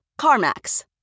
CarMax